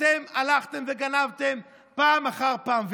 אתם הלכתם וגנבתם פעם אחר פעם.